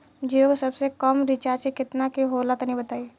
जीओ के सबसे कम रिचार्ज केतना के होला तनि बताई?